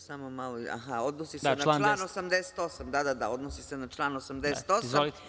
Samo malo, odnosi se na član 88, da, da, odnosi se na član 88.